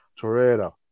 Torreira